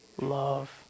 love